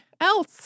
else